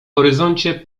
horyzoncie